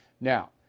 now